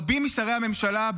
רבים משרי הממשלה,